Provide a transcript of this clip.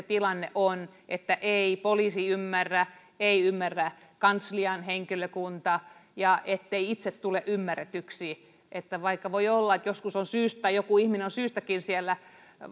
tilanne on kun ei poliisi ymmärrä ei ymmärrä kanslian henkilökunta ei tule ymmärretyksi vaikka voi olla että joskus joku ihminen on syystäkin siellä